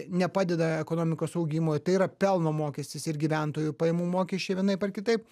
nepadeda ekonomikos augimui tai yra pelno mokestis ir gyventojų pajamų mokesčiai vienaip ar kitaip